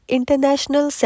International